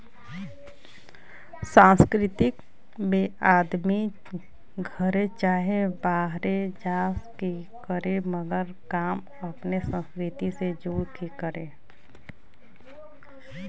सांस्कृतिक में आदमी घरे चाहे बाहरे जा के करे मगर काम अपने संस्कृति से जुड़ के करे